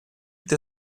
ter